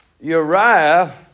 Uriah